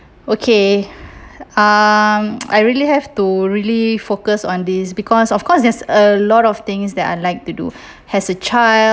okay um I really have to really focus on this because of course there's a lot of things that I like to do as a child